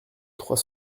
trois